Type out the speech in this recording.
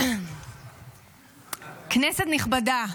כנסת נכבדה,